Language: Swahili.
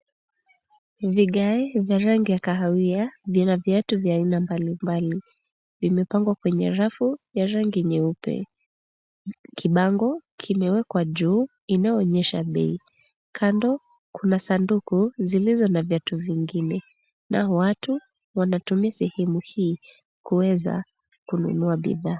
Vigae vya rangi ya kahawia vina viatu vya aina mbalimbali. Vimepangwa kwenye rafu ya rangi nyeupe. Kibango kimewekwa juu inayoonesha bei. Kando kuna sanduku zilizo na viatu vingine nao watu wanatumia sehemu hii kuweza kununua bidhaa.